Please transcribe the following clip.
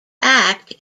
act